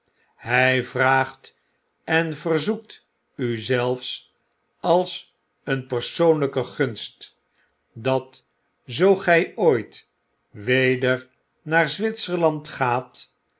hy vraagt en verzoekt u zelfs als een persoonlyke gunst dat zoo gjj ooit weder naar zwitserland gaat